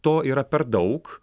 to yra per daug